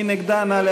מי נגדה?